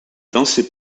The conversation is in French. dansez